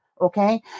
okay